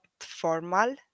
formal